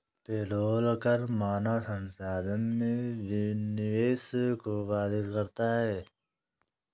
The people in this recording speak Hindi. पेरोल कर मानव संसाधन में निवेश को बाधित करता है